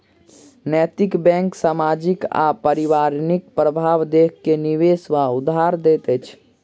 नैतिक बैंक सामाजिक आ पर्यावरणिक प्रभाव देख के निवेश वा उधार दैत अछि